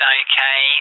okay